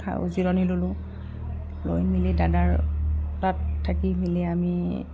জিৰণি ল'লোঁ লৈ মেলি দাদাৰ তাত থাকি মেলি আমি